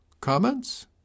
Comments